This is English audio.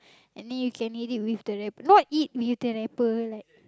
and then you can eat it with the wrap not eat with the wrapper like